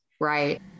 right